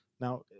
Now